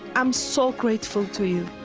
i'm so grateful to you.